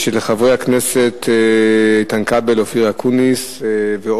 הצעות לסדר-היום שמספרן 5177,